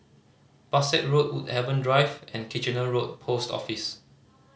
Pesek Road Woodhaven Drive and Kitchener Road Post Office